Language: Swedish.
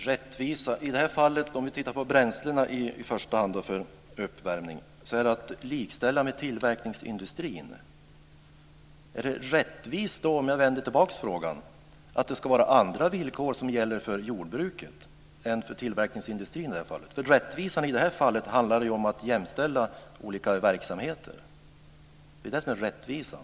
Fru talman! Rättvisa i detta fall, om vi tittar på i första hand bränslena för uppvärmning, är att man likställer med tillverkningsindustrin. Är det rättvist att andra villkor ska gälla för jordbruket än för tillverkningsindustrin i detta fall? Rättvisan i detta fall handlar ju om att jämställa olika verksamheter. Det är ju det som är rättvisan.